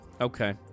Okay